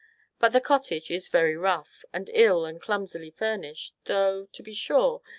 but the cottage is very rough, and ill and clumsily furnished though, to be sure,